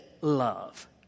love